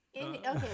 Okay